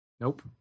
Nope